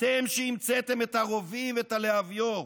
/ אתם, שהמצאתם את הרובים ואת הלהביור.